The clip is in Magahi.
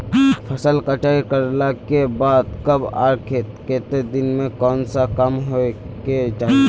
फसल कटाई करला के बाद कब आर केते दिन में कोन सा काम होय के चाहिए?